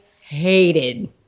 hated